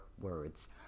words